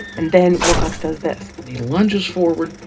and then, wilcox does this he lunges forward,